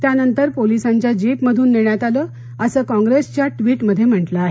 त्यानंतर पोलिसांच्या जीपमधून नेण्यात आलं असं काँग्रेसच्या ट्विटमध्ये म्हटलं आहे